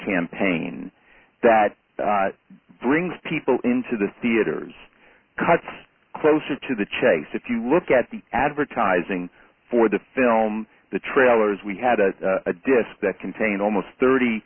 campaign that brings people into the theaters cuts closer to the chase if you look at the advertising for the film the trailers we had as a disk that contained almost thirty